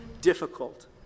difficult